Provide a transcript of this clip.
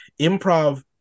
improv –